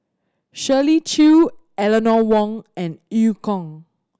Shirley Chew Eleanor Wong and Eu Kong